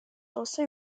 also